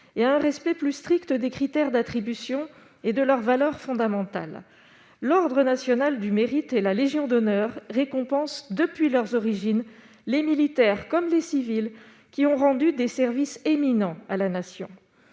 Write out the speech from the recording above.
y a un respect plus strict des critères d'attribution et de leurs valeurs fondamentales, l'Ordre national du mérite et la Légion d'honneur récompense depuis leurs origines, les militaires comme les civils qui ont rendu des services éminents à la nation,